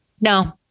No